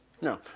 No